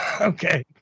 Okay